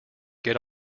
get